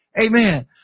Amen